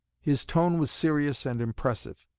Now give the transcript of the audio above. his tone was serious and impressive.